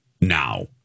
Now